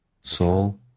soul